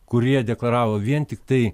kurie deklaravo vien tiktai